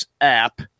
app